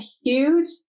huge